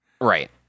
Right